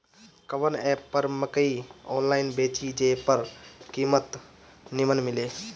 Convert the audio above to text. कवन एप पर मकई आनलाइन बेची जे पर कीमत नीमन मिले?